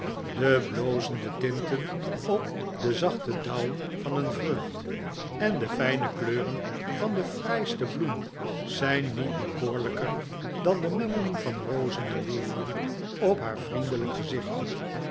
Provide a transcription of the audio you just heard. de blozende tinten op den zachten dauw van een vrucht en de fijne kleuren van de fraaiste bloem zijn niet bekoorlijker dan de mengeling van rozen en lelien op haar vriendelijke gezichtje